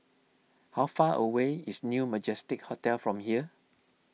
how far away is New Majestic Hotel from here